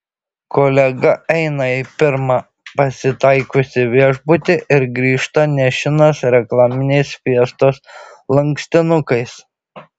kolega eina į pirmą pasitaikiusį viešbutį ir grįžta nešinas reklaminiais fiestos lankstinukais